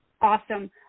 Awesome